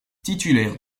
titulaire